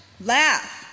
Laugh